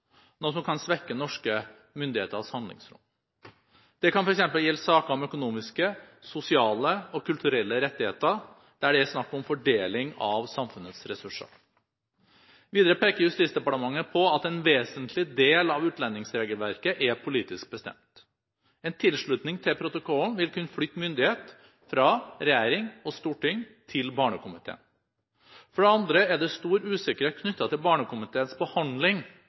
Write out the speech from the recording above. noe som kan svekke norske myndigheters handlingsrom. Det kan f.eks. gjelde saker om økonomiske, sosiale og kulturelle rettigheter der det er snakk om fordeling av samfunnets ressurser. Videre peker Justisdepartementet på at en vesentlig del av utlendingsregelverket er politisk bestemt. En tilslutning til protokollen vil kunne flytte myndighet fra regjering og storting til Barnekomiteen. For det andre er det stor usikkerhet knyttet til Barnekomiteens behandling